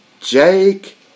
Jake